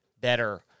better